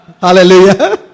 Hallelujah